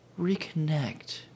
reconnect